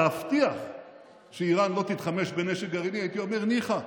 להבטיח שאיראן לא תתחמש בנשק גרעיני הייתי אומר: ניחא,